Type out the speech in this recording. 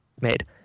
made